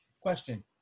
Question